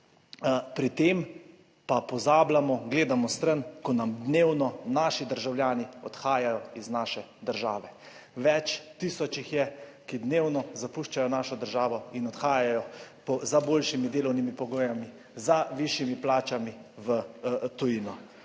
pri tem pa pozabljamo, gledamo stran, ko nam dnevno naši državljani odhajajo iz naše države. Več tisoč jih je, ki dnevno zapuščajo našo državo in odhajajo za boljšimi delovnimi pogoji, za višjimi plačami v tujino.